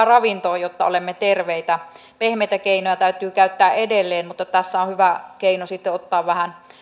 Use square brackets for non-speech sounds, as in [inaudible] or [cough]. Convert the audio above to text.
[unintelligible] ravintoa jotta olemme terveitä pehmeitä keinoja täytyy käyttää edelleen mutta tässä on hyvä keino sitten ottaa vähän